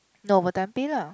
no overtime pay lah